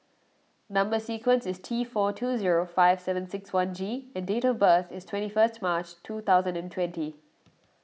Number Sequence is T four two zero five seven six one G and date of birth is twenty first March two thousand and twenty